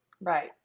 Right